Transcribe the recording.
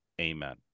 amen